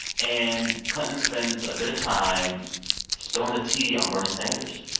and clinton spends a bit of time spilling the tea on bernie sanders.